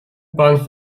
bahn